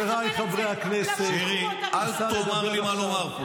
השר, בבקשה, אל תדבר איתה.